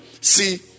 see